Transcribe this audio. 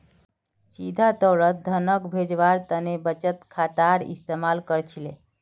सीधा तौरत धनक भेजवार तने बचत खातार इस्तेमाल कर छिले